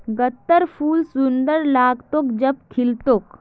गत्त्रर फूल सुंदर लाग्तोक जब खिल तोक